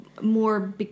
more